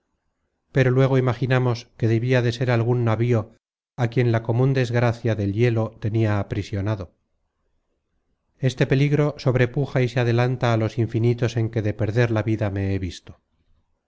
pero luego imaginamos que debia de ser algun navío á quien la comun desgracia del hielo tenia aprisionado este peligro sobrepuja y se adelanta á los infinitos en que de perder la vida me he visto